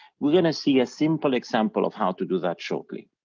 we're gonna see a simple example of how to do that shortly.